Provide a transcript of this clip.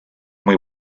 muy